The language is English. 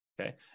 Okay